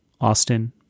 Austin